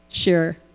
sure